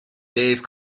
dave